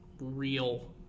real